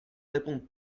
répondent